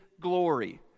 glory